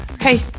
hey